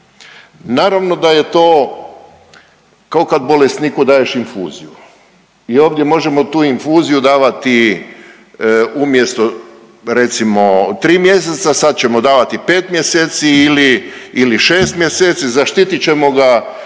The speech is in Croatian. Naravno da je to kao kad bolesniku daješ infuziju i ovdje možemo tu infuziju davati umjesto recimo 3 mjeseca sad ćemo davati 5 mjeseci ili, ili 6 mjeseci, zaštitit ćemo ga